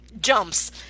jumps